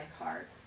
heart